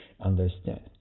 understand